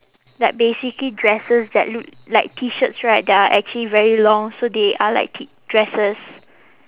like basically dresses that look like T shirts right that are actually very long so they are like T dresses